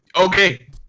okay